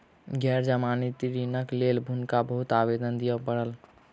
गैर जमानती ऋणक लेल हुनका बहुत आवेदन दिअ पड़ल